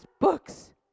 books